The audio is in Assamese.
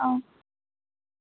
অঁ